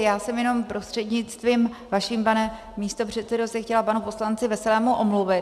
Já jsem jenom prostřednictvím vaším, pane místopředsedo, se chtěla panu poslanci Veselému omluvit.